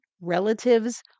relatives